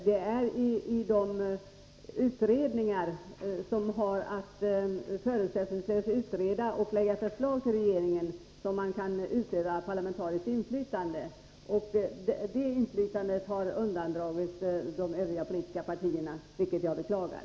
Det är i de utredningar som har att förutsättningslöst utreda frågor och lägga fram förslag till regeringen som man kan utöva inflytande — och det inflytandet har undandragits de övriga politiska partierna, vilket jag beklagar.